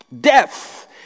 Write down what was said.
Death